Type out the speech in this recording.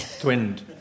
Twinned